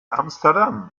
amsterdam